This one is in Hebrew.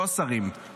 מהשרים,